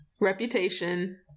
Reputation